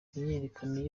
imyiyerekano